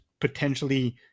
potentially